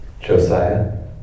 Josiah